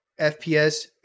FPS